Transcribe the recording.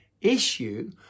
issue